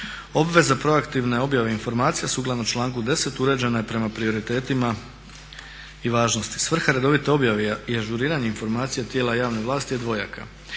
Obveza proaktivne objave informacija sukladno članku 10. uređena je prema prioritetima i važnosti. Svrha redovite objave i ažuriranje informacija tijela javne vlati je dvojaka.